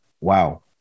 Wow